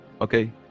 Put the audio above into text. Okay